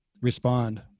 respond